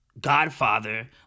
godfather